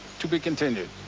to be continued.